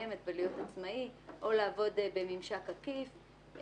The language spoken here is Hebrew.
הקיימת ולהיות עצמאי או לעבוד בממשק עקיף.